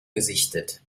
gesichtet